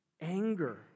anger